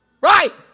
Right